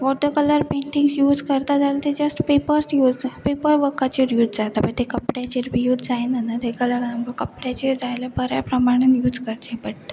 water colour paintings use करता जाल्यार ते जस्ट पेपर्स यूज पेपर वर्काचेर यूज जाता पळय ते कपड्याचेर बी यूज जायना तेका लागून कपड्याचेर जाय जाल्यार बऱ्या प्रमाणान यूज करचे बट